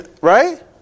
Right